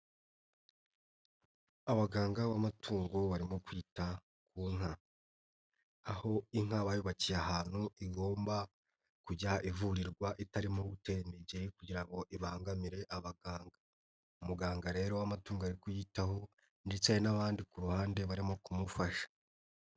Abaganga b'amatungo barimo kwita ku nka, aho inka bayubakiye ahantu igomba kujya ivurirwa itarimo gutera imigeri kugira ngo ibangamire abaganga, umuganga rero w'amatungo ari kuyitaho ndetse hari n'abandi ku ruhande barimo kumufasha.